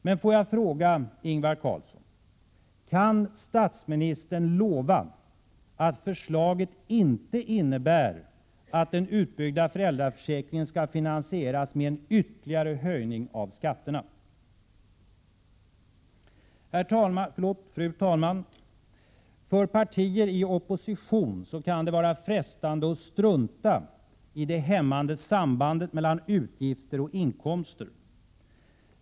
Men får jag fråga Ingvar Carlsson: Kan statsministern lova att förslaget inte innebär att den utbyggda föräldraförsäkringen skall finansieras med en ytterligare höjning av skatterna? Fru talman! För partier i opposition kan det vara frestande att strunta i det hämmande sambandet mellan utgifter och inkomster.